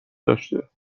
داشته